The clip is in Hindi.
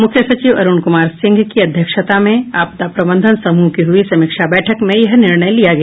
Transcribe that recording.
मुख्य सचिव अरुण कुमार सिंह की अध्यक्षता में आपदा प्रबंधन समूह की हुई समीक्षा बैठक में यह निर्णय लिया गया